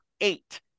eight